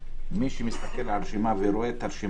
הרשימה, מי שמסתכל על הרשימה ורואה אותה,